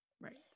Right